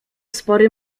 spory